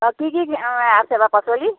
অ' কি কি আছে বাৰু পাচলি